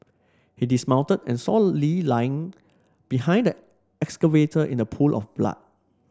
he dismounted and saw Lee lying behind excavator in a pool of blood